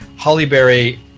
Hollyberry